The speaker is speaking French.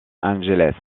angeles